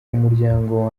umuryango